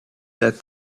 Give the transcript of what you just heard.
that